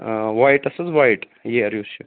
آ وایٹَس حظ وایٹ ییر یُس چھُ